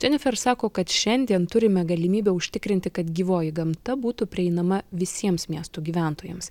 dženifer sako kad šiandien turime galimybę užtikrinti kad gyvoji gamta būtų prieinama visiems miestų gyventojams